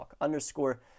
underscore